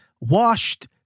washed